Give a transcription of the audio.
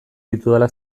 ditudala